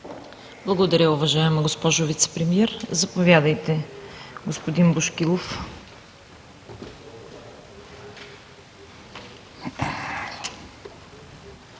Благодаря, уважаема госпожо Вицепремиер. Заповядайте, господин Бошкилов.